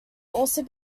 also